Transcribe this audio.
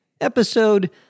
episode